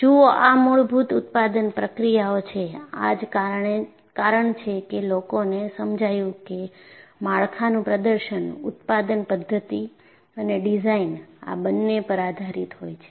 જુઓ આ મૂળભૂત ઉત્પાદન પ્રક્રિયાઓ છે આ જ કારણ છે કે લોકોને સમજાયું કે માળખાંનું પ્રદર્શન ઉત્પાદન પદ્ધતિ અને ડિઝાઇન આ બંને પર આધારિત હોય છે